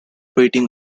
rating